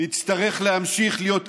תצמצם את המשרדים, אולי.